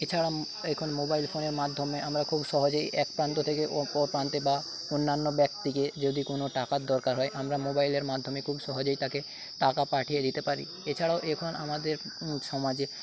এছাড়া এখন মোবাইল ফোনের মাধ্যমে আমরা খুব সহজেই এক প্রান্ত থেকে অপর প্রান্তে বা অন্যান্য ব্যক্তিকে যদি কোনো টাকার দরকার হয় আমরা মোবাইলের মাধ্যমে খুব সহজেই তাকে টাকা পাঠিয়ে দিতে পারি এছাড়াও এখন আমাদের সমাজে